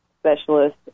specialist